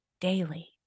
daily